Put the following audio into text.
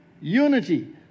unity